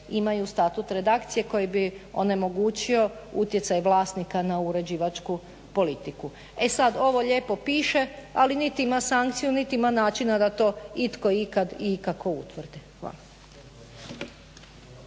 imaju statut redakcije koji bi onemogućio utjecaj vlasnika na uređivačku politiku. E sad, ovo lijepo piše ali niti ima sankciju niti ima način da to itko ikad i ikako utvrdi. Hvala.